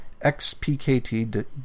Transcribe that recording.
xpkt